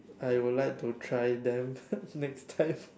I will like to try them next time